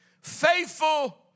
Faithful